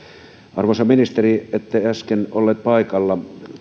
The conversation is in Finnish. arvoisa ministeri ette äsken ollut paikalla